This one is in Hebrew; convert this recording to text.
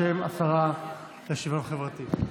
בשם השרה לשוויון חברתי.